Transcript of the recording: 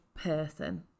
person